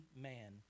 man